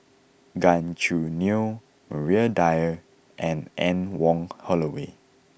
Gan Choo Neo Maria Dyer and Anne Wong Holloway